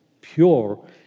pure